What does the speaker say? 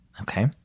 okay